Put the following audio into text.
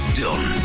done